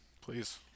Please